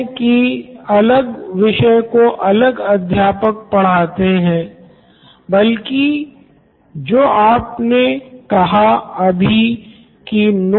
Nitin Kurian COO Knoin electronics इसी बात तो ठीक से परखने के लिए की अधिगम सुचारु रूप से और प्रभावी ढंग से हो रही है की नहीं अध्यापक अपने छात्रों के नोट्स और अस्सीग्न्मेंट्स की जांच करते हैं